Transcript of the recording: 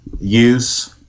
use